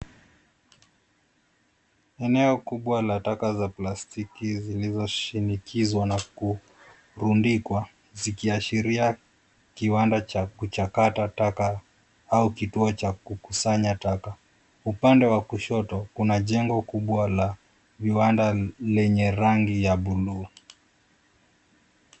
Eneo kubwa la taka za plastiki zilizoshinikizwa na kurundikwa, zikiashiria kiwanda cha kuchakaa taka au kituo cha kukusanya taka. Upande wa kushoto, kuna jengo kubwa la viwanda lenye rangi ya buluu.